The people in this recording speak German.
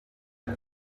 der